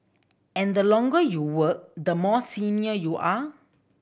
and the longer you work the more senior you are